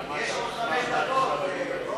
יאללה,